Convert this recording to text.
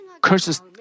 curses